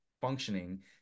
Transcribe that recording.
functioning